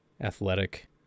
athletic